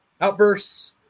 outbursts